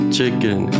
Chicken